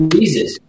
Jesus